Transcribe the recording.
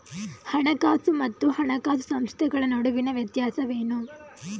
ಹಣಕಾಸು ಮತ್ತು ಹಣಕಾಸು ಸಂಸ್ಥೆಗಳ ನಡುವಿನ ವ್ಯತ್ಯಾಸವೇನು?